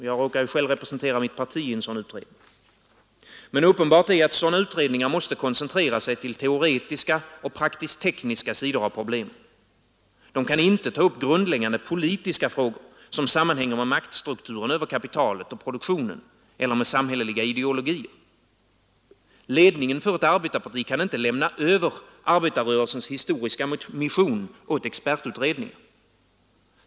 Jag råkar själv representera mitt parti i en sådan utredning. Men uppenbart är att sådana utredningar måste koncentrera sig till teoretiska och praktiskt-tekniska sidor av problemen. De kan inte ta upp grundläggande politiska frågor som sammanhänger med maktstrukturen, kapitalet och produktionen eller med samhälleliga ideologier. Ledningen för ett arbetarparti kan inte lämna över arbetarrörelsens historiska beroende av multinationella företag, mission åt expertutredningar.